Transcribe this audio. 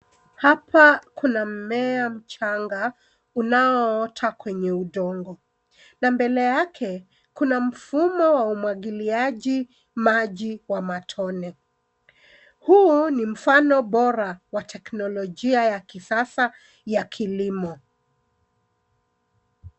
Hapa kuna mmea mchanga unao ota kwenye udongo. Na mbele yake kuna mfumo wa umwagiliaji maji wa matone. Huu ni mfano bora wa teknolojia ya kisasa ya kilimo.